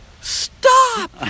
Stop